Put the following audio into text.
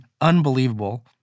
unbelievable